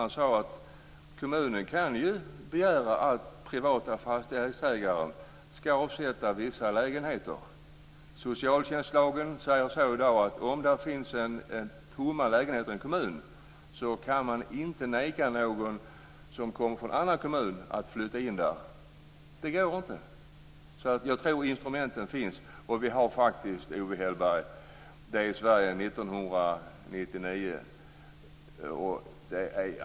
Han sade att kommunen kan begära att privata fastighetsägare skall avsätta vissa lägenheter. Socialtjänstlagen säger i dag att om det finns tomma lägenheter i en kommun kan man inte neka någon som kommer från en annan kommun att flytta in. Det går inte. Jag tror att instrumenten finns. Vi har faktiskt år 1999 i Sverige, Owe Hellberg.